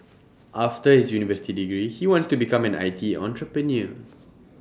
after his university degree he wants to become an I T entrepreneur